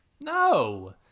No